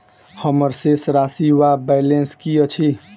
हम्मर शेष राशि वा बैलेंस की अछि?